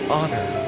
honor